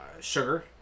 sugar